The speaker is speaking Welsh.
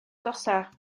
agosaf